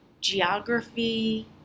geography